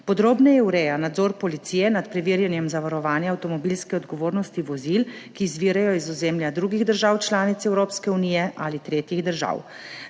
Podrobneje ureja nadzor policije nad preverjanjem zavarovanja avtomobilske odgovornosti vozil, ki izvirajo iz ozemlja drugih držav članic Evropske unije ali tretjih držav.